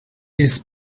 this